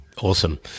Awesome